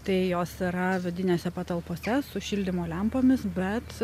tai jos yra vidinėse patalpose su šildymo lempomis bet